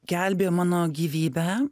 gelbėjo mano gyvybę